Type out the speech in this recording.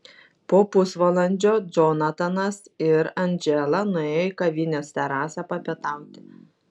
po pusvalandžio džonatanas ir andžela nuėjo į kavinės terasą papietauti